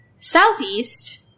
southeast